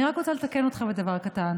אני רק רוצה לתקן אותך בדבר קטן: